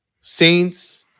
Saints